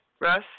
Russ